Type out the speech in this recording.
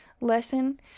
lesson